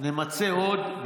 נמצה עוד.